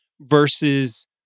versus